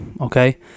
Okay